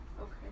Okay